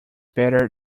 better